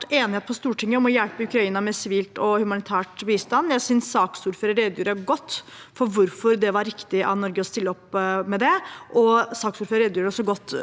enighet på Stortinget om å hjelpe Ukraina med sivil og humanitær bistand. Jeg synes saksordføreren redegjorde godt for hvorfor det var riktig av Norge å stille opp med det. Saksordføreren redegjorde også godt